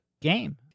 game